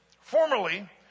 Formerly